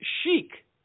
chic